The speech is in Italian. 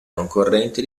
concorrenti